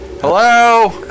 Hello